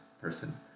person